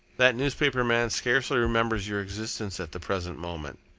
that newspaper man scarcely remembers your existence at the present moment.